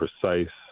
precise